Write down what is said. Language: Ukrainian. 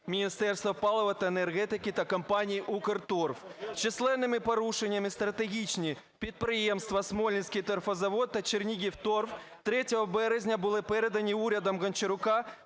Міністерства палива та енергетики та компанії "Укрторф". З численними порушеннями стратегічні підприємства "Смолинський торфозавод" та "Чернігівторф" 3 березня були передані урядом Гончарука